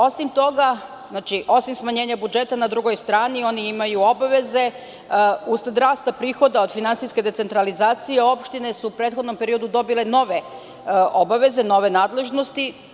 Osim toga, osim smanjenja budžeta na drugoj strani, oni imaju obaveze usled rasta prihoda od finansijske decentralizacije opštine su u prethodnom periodu dobile nove obaveze, nove nadležnosti.